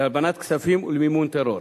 הלבנת כספים, ולמימון טרור.